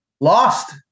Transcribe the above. lost